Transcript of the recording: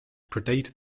predate